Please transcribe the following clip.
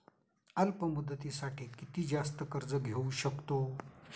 अल्प मुदतीसाठी किती जास्त कर्ज घेऊ शकतो?